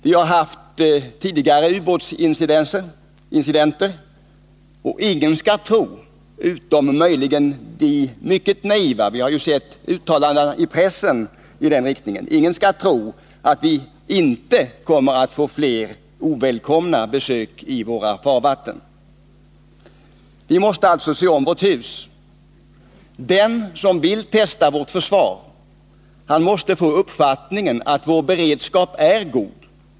Vi har haft tidigare ubåtsincidenter, och ingen skall tro — utom möjligen de mycket naiva — att vi inte kommer att få fler ovälkomna besök i våra farvatten. Vi måste alltså se om vårt hus. Den som vill testa vårt försvar måste få uppfattningen att vår beredskap är god.